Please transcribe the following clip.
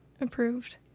approved